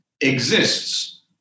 exists